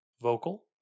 vocal